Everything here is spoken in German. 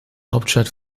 hauptstadt